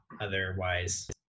otherwise